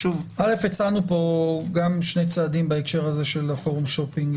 הצענו פה שני צעדים בהקשר הזה של הפורום שופינג,